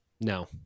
No